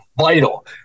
vital